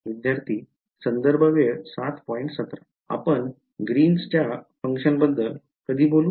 विद्यार्थीः आम्ही ग्रीन च्या फंक्शन बद्दल कधी बोलू